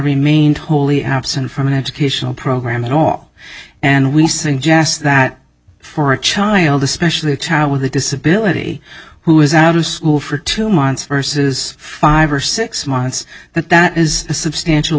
remained wholly absent from an educational program at all and we suggest that for a child especially a child with a disability who is out of school for two months versus five or six months that that is a substantial